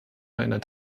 einer